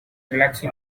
relaxing